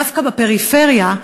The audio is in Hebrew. דווקא בפריפריה,